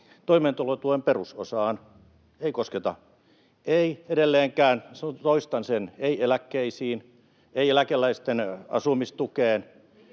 toimeentulotuen perusosaan, ei kosketa, ei edelleenkään — toistan sen — eläkkeisiin, ei eläkeläisten asumistukeen.